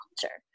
culture